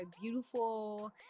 beautiful